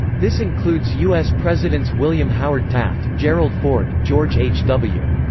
this includes u s. presidents william howard taft, gerald ford, george h w.